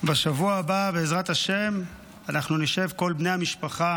בשבוע הבא, בעזרת השם, אנחנו נשב כל בני המשפחה